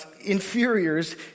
inferiors